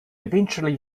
eventually